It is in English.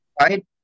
Right